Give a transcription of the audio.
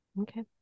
Okay